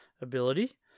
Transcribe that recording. ability